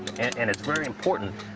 and it's very important,